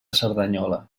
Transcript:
cerdanyola